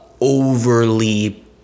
overly